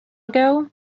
ago